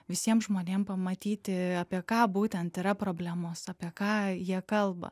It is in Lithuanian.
visiem žmonėms pamatyti apie ką būtent yra problemos apie ką jie kalba